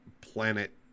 planet